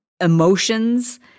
emotions